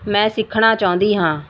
ਮੈਂ ਸਿੱਖਣਾ ਚਾਹੁੰਦੀ ਹਾਂ